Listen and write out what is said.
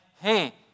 hey